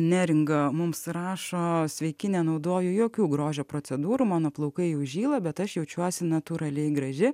neringa mums rašo sveiki nenaudoju jokių grožio procedūrų mano plaukai jau žyla bet aš jaučiuosi natūraliai graži